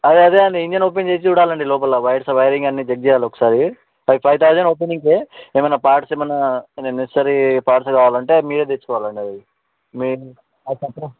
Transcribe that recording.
అది అదే అండి ఇంజన్ ఓపెన్ చేసి చూడాలండి లోపల వైర్స్ వైరింగ్ అన్ని చెక్ చేయాలి ఒకసారి ఫైవ్ ఫైవ్ తౌసండ్ ఓపెనింగ్కే ఏమైనా పార్ట్స్ ఏమైనా నెసెసరీ పార్ట్స్ కావాలి అంటే అవి మీరే తెచ్చుకోవాలి అండి అవి